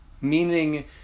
meaning